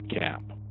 camp